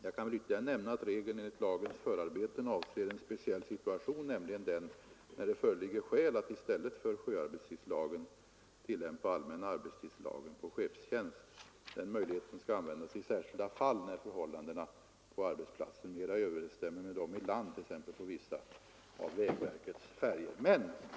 Jag kan vidare nämna att regeln enligt lagens förarbeten avser en speciell situation, nämligen den då det föreligger skäl att i stället för sjöarbetstidslagen tillämpa allmänna arbetstidslagen på chefstjänst. Den möjligheten skall användas i särskilda fall när förhållandena på arbetsplatsen mera överensstämmer med dem i land, t.ex. på vissa av vägverkets färjor.